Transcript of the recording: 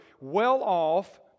well-off